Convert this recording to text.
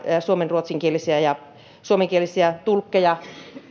suomen ruotsinkielisiä että suomenkielisiä tulkkeja